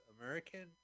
American